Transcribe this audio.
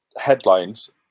headlines